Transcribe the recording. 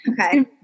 Okay